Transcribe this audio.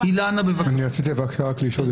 אני רציתי בקשה לשאול.